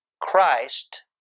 Christ